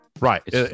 Right